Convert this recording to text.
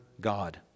God